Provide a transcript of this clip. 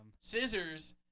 scissors